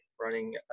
running